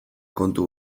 kontu